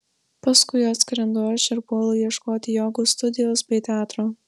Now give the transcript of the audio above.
paskui atskrendu aš ir puolu ieškoti jogos studijos bei teatro